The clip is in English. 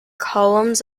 columns